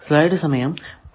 അത് പിന്നെ എന്നിങ്ങനെ ആണ്